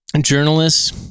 journalists